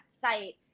site